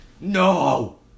No